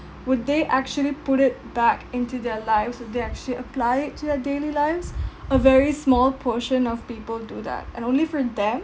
would they actually put it back into their lives would they actually apply it to their daily lives a very small portion of people do that and only for them